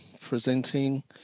presenting